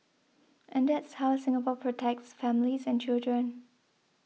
and that's how Singapore protects families and children